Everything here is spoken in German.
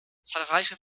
zahlreiche